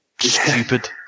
stupid